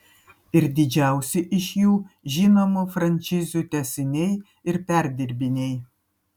ir didžiausi iš jų žinomų frančizių tęsiniai ir perdirbiniai